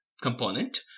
component